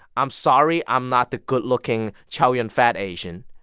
i'm sorry i'm not the good-looking, chow yun-fat asian,